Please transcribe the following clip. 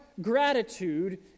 gratitude